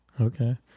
okay